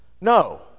No